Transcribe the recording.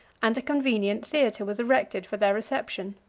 and a convenient theatre was erected for their reception.